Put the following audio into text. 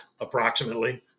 approximately